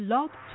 Love